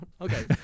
okay